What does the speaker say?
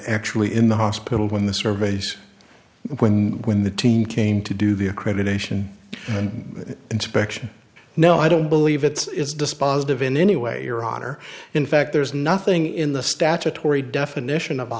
actually in the hospital when the surveys when when the team came to do the accreditation and inspection no i don't believe it's dispositive in any way your honor in fact there's nothing in the statutory definition of a